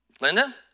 Linda